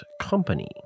Company